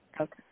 Okay